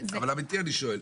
אבל אמיתי אני שואל.